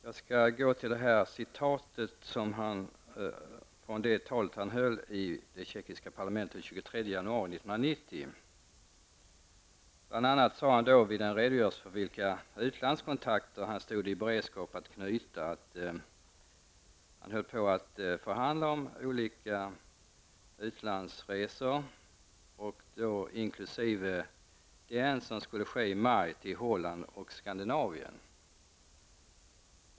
Jag skall återgå till citatet från talet han höll i det tjeckiska parlamentet den 23 januari 1990. Bl.a. sade han då, vid en redogörelse för vilka utlandskontakter han stod i beredskap att knyta, att han höll på att förhandla om olika utlandsresor inkl. den som skulle ske i maj till Holland och Skandinavien.